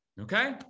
okay